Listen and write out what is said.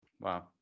Wow